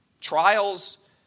trials